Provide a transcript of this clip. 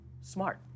smart